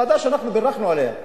ועדה שאנחנו בירכנו עליה,